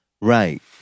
right